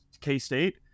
K-State